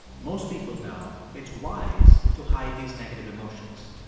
most people know it's wise to hide these negative emotions.